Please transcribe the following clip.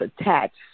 attached